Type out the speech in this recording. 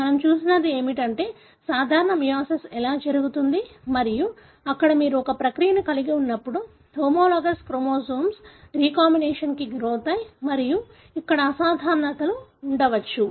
మనం చూసినది ఏమిటంటే సాధారణ మియోసిస్ ఎలా జరుగుతుంది మరియు అక్కడ మీరు ఒక ప్రక్రియను కలిగి ఉన్నప్పుడు హోమోలాగస్ క్రోమోజోమ్లు రీకాంబినేషన్కు గురవుతాయి మరియు ఇక్కడ అసాధారణతలు ఉండవచ్చు